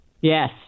Yes